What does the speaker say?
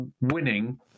winning